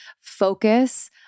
focus